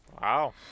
wow